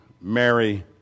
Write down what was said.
Mary